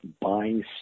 buying